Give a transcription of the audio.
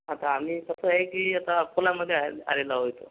आता आम्ही कसं आहे की आता अकोल्यामध्ये आहे आलेलो आहो इथं